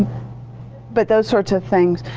but those sorts of things.